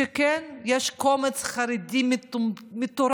שכן יש קומץ חרדי מטורף,